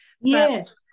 Yes